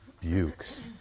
Bukes